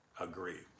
agree